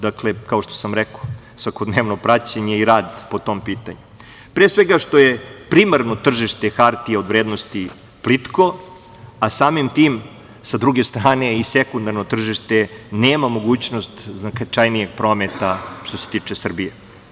Dakle, kao što sam rekao, svakodnevno praćenje i rad po tom pitanju, pre svega zato što je primarno tržište hartije od vrednosti plitko, a samim tim, sa druge strane, i sekundarno tržište nema mogućnosti značajnijeg prometa što se tiče Srbije.